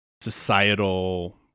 societal